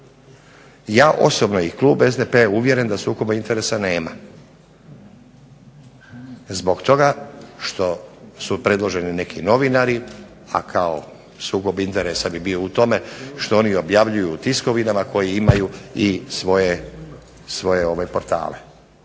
Ja osobno i klub SDP-a je uvjeren da sukoba interesa nema, zbog toga što su predloženi neki novinari, a kao sukob interesa bi bio u tome što oni objavljuju u tiskovinama koji imaju i svoje portale.